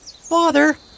Father